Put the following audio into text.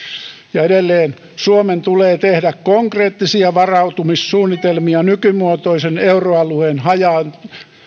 ja edelleen suomen tulee tehdä konkreettisia varautumissuunnitelmia nykymuotoisen euroalueen hajoamisen